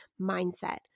mindset